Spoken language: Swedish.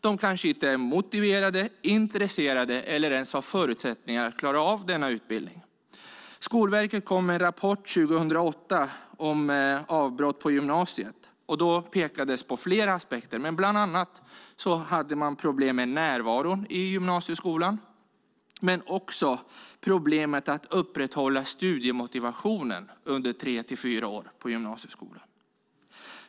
De kanske inte är motiverade, intresserade eller ens har förutsättningar att klara av denna utbildning. Skolverket kom med en rapport 2008 om avbrott på gymnasiet. Då pekades på flera aspekter, men bland annat hade man problem med närvaron i gymnasieskolan. Man hade också problem med att upprätthålla studiemotivationen under tre till fyra år på gymnasieskolan.